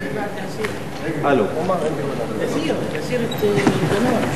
ההצעה שלא לכלול את הנושא בסדר-היום של הכנסת נתקבלה.